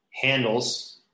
handles